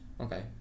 Okay